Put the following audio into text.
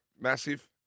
Massive